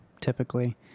typically